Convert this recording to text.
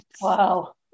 Wow